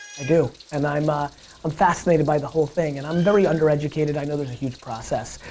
i do. and i'm ah i'm fascinated by the whole thing and i'm very undereducated. i know there's a huge process.